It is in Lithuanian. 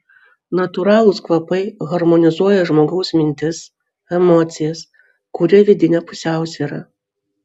natūralūs kvapai harmonizuoja žmogaus mintis emocijas kuria vidinę pusiausvyrą